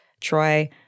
Troy